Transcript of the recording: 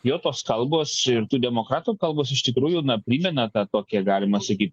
jo tos kalbos ir tų demokratų kalbos iš tikrųjų na primena tą tokią galima sakyt